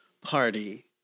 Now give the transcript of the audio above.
party